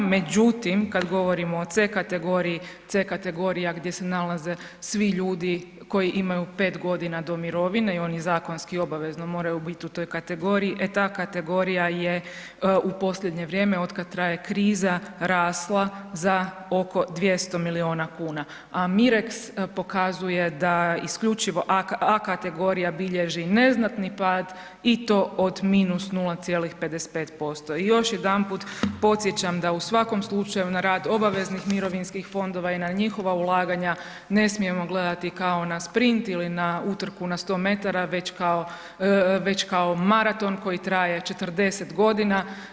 Međutim, kada govorimo o C kategoriji, C kategorija gdje se nalaze svi ljudi koji imaju 5 godina do mirovine i oni zakonski obavezno moraju biti u toj kategorija je u posljednje vrijeme, otkad traje kriza rasla za oko 200 milijuna kuna, a MIREX pokazuje da isključivo A kategorija bilježi neznatni pad i to od -0,55% i još jedanput podsjećam da u svakom slučaju, na rad obaveznih mirovinskih fondova i na njihova ulaganja ne smijemo gledati kao na sprint ili na utrku na 100 metara, već kao maraton koji traje 40 godina.